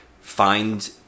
find